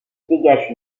dégage